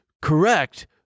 Correct